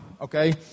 Okay